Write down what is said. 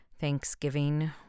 Thanksgiving